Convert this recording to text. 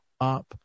up